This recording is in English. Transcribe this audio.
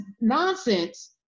nonsense